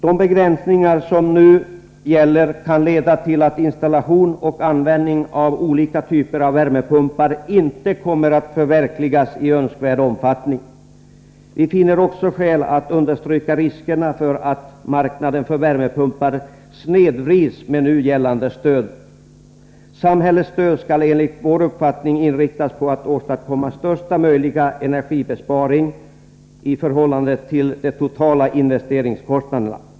De begränsningar som nu gäller kan leda till att installation och användning av olika typer av värmepumpar inte kommer att förverkligas i önskvärd omfattning. Vi finner också skäl att understryka riskerna för att marknaden för värmepumpar snedvrids med nu gällande stöd. Samhällets stöd skall enligt vår uppfattning inriktas på att åstadkomma största möjliga energibesparing i förhållande till de totala investeringskostnaderna.